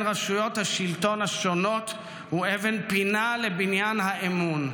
רשויות השלטון השונות הוא אבן פינה לבניין האמון.